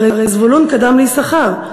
הרי זבולון קדם ליששכר.